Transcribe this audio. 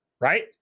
right